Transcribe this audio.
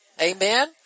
Amen